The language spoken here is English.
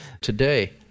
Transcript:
today